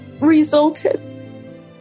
resulted